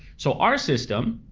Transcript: so our system